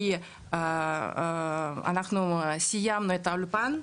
כי סיימנו את האולפן,